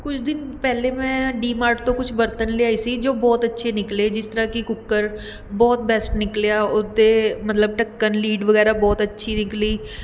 ਕੁਝ ਦਿਨ ਪਹਿਲੇ ਮੈਂ ਡੀਮਾਰਟ ਤੋਂ ਕੁਝ ਬਰਤਨ ਲਿਆਈ ਸੀ ਜੋ ਬਹੁਤ ਅੱਛੇ ਨਿਕਲੇ ਜਿਸ ਤਰ੍ਹਾਂ ਕਿ ਕੁੱਕਰ ਬਹੁਤ ਬੈਸਟ ਨਿਕਲਿਆ ਉੱਤੇ ਮਤਲਬ ਢੱਕਣ ਲੀਡ ਵਗੈਰਾ ਬਹੁਤ ਅੱਛੀ ਨਿਕਲੀ